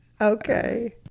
Okay